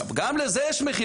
גם לזה יש מחיר.